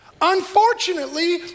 Unfortunately